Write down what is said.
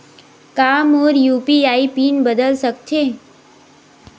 का मोर UPI PIN बदल सकथे?